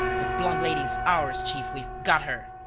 the blonde lady is ours, chief we've got her!